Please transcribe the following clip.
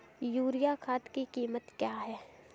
Urea खाद की कीमत क्या है?